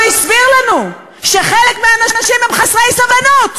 הוא הסביר לנו שחלק מהאנשים הם חסרי סבלנות,